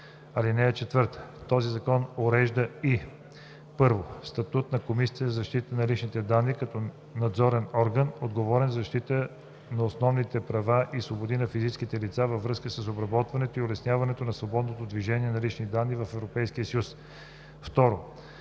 ал. 2. (4) Този закон урежда и: 1. статута на Комисията за защита на личните данни като надзорен орган, отговорен за защита на основните права и свободи на физическите лица във връзка с обработването и улесняването на свободното движение на лични данни в Европейския съюз; 2.